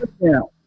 now